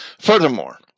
Furthermore